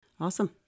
Awesome